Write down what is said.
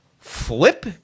flip